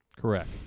Correct